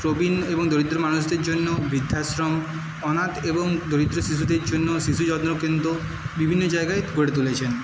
প্রবীণ এবং দরিদ্র মানুষদের জন্য বৃদ্ধাশ্রম অনাথ এবং দরিদ্র শিশুদের জন্য শিশুযত্ন কেন্দ্র বিভিন্ন জায়গায় গড়ে তুলেছেন